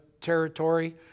territory